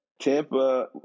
tampa